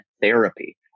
therapy